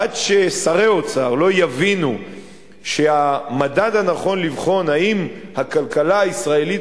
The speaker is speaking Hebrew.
עד ששרי האוצר יבינו שהמדד הנכון לבחון אם הכלכלה הישראלית